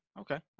okay